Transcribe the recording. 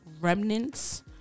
remnants